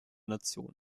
nation